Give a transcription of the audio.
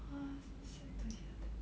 !wah! so sad to hear that